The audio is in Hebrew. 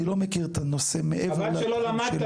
אני לא מכיר את הנושא מעבר --- חבל שלא למדת